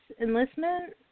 enlistment